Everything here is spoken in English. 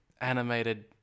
animated